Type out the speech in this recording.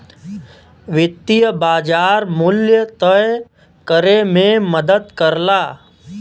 वित्तीय बाज़ार मूल्य तय करे में मदद करला